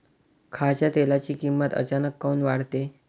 खाच्या तेलाची किमत अचानक काऊन वाढते?